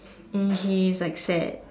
and she is like sad